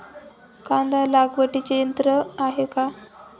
कांदा लागवडीचे यंत्र आहे का?